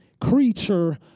creature